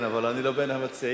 כן, אבל אני לא בין המציעים.